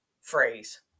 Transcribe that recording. phrase